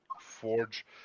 Forge